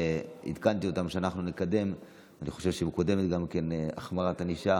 עדכנתי אותם שאנחנו נקדם החמרת ענישה